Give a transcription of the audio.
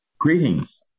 Greetings